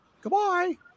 Goodbye